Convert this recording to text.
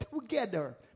together